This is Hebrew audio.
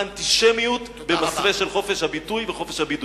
אנטישמיות במסווה של חופש הביטוי וחופש הבידוי.